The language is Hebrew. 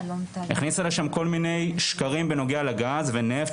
הכניסה לשם כל מיני שקרים בנוגע לגז ונפט,